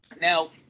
Now